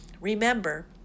Remember